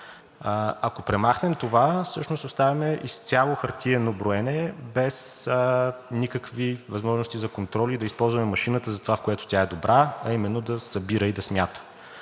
Ако премахнем това, оставяме изцяло хартиено броене без никакви възможности за контрол и да използваме машината за това, за което тя е добра, а именно да събира и да смята.